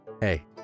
Hey